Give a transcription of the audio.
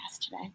today